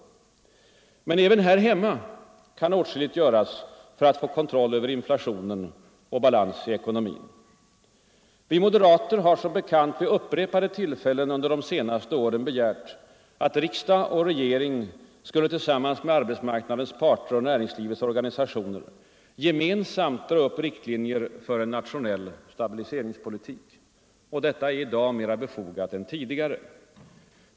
Men även här hemma kan åtskilligt göras för att få kontroll över inflationen och balans i ekonomin. Vi moderater har som bekant vid upprepade tillfällen under de senaste åren begärt att riksdag och regering skall tillsammans med arbetsmarknadens parter och näringslivets organisationer gemensamt dra upp riktlinjer för en nationell stabiliseringspolitik. Detta är i dag mer befogat än tidigare.